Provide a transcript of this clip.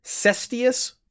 Cestius